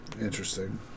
interesting